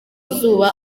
izuba